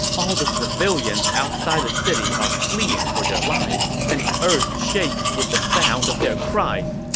all the civilians outside the city are fleeing for their lives, and the earth shakes with the sound of their cries.